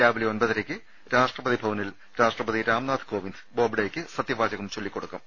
രാവിലെ ഒമ്പതരയ്ക്ക് രാഷ്ട്ര പതി ഭവനിൽ രാഷ്ട്രപതി രാംനാഥ് കോവിന്ദ് ബോബ്ഡെയ്ക്ക് സത്യവാ ചകം ചൊല്ലിക്കൊടുക്കും